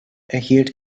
erhielt